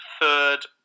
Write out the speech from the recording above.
third